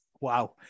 Wow